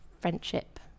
friendship